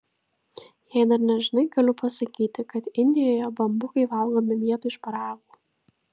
jei dar nežinai galiu pasakyti kad indijoje bambukai valgomi vietoj šparagų